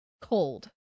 cold